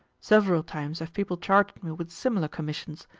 several times have people charged me with similar commissions,